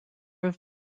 have